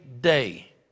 day